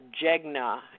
Jegna